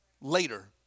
later